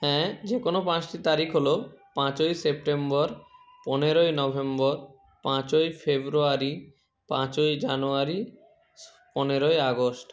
হ্যাঁ যে কোনও পাঁচটি তারিখ হলো পাঁচই সেপ্টেম্বর পনেরোই নভেম্বর পাঁচই ফেব্রুয়ারি পাঁচই জানুয়ারি পনেরোই আগস্ট